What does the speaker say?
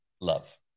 love